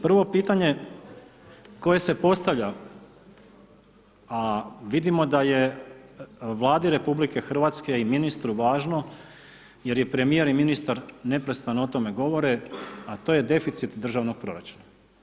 Prvo pitanje, koje se postavlja, a vidimo da je Vladi RH i ministru važno, jer je premjer i ministar, neprestano o tome govore, a to je deficit državnog proračuna.